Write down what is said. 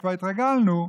כבר התרגלנו,